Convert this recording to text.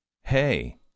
hey